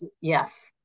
Yes